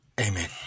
Amen